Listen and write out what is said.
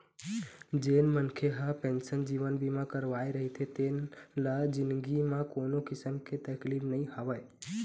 जेन मनखे ह पेंसन जीवन बीमा करवाए रहिथे तेन ल जिनगी म कोनो किसम के तकलीफ नइ आवय